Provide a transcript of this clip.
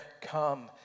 come